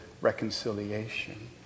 reconciliation